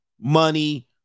money